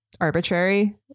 arbitrary